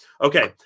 Okay